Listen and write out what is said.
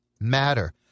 matter